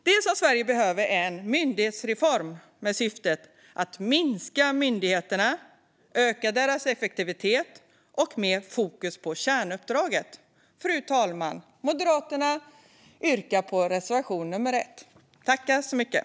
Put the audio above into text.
Det som Sverige behöver är en myndighetsreform med syftet att minska myndigheterna, att öka deras effektivitet och att de ska ha mer fokus på kärnuppdraget. Fru talman! Moderaterna yrkar bifall till reservation 1.